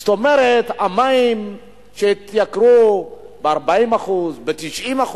זאת אומרת, המים שהתייקרו ב-40%, ב-90%,